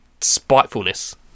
spitefulness